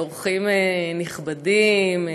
אורחים נכבדים,